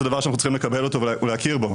זה דבר שאנחנו צריכים לקבל אותו ולהכיר בו.